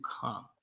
come